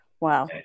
Wow